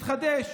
מתחדש,